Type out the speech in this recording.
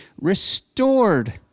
restored